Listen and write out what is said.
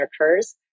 occurs